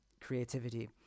creativity